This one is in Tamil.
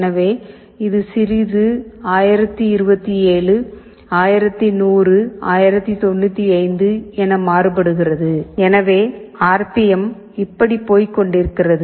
எனவே இது சிறிது 1027 1100 1095 என மாறுபடுகிறது எனவே ஆர் பி எம் இப்படி போய் கொண்டிருக்கிறது